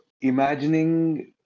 imagining